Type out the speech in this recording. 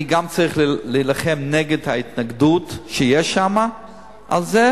אני גם צריך להילחם בהתנגדות שיש שם לזה,